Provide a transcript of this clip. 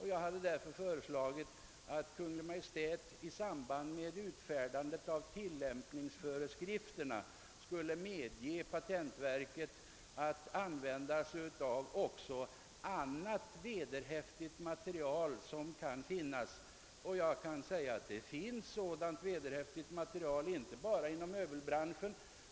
Jag hade därför föreslagit att Kungl. Maj:t i samband med utfärdandet av tillämpningsföreskrifterna skulle medge att patentverket använder också annat vederhäftigt material som kan finnas. Sådant finns inte bara inom möbelbranschen.